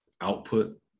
output